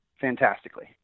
fantastically